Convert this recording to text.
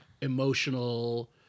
emotional